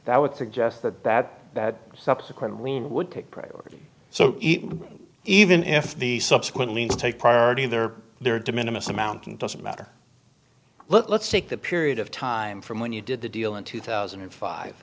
that would suggest that that that subsequent green would take priority so even if the subsequent leads take priority there there are de minimus amounting doesn't matter let's take the period of time from when you did the deal in two thousand and five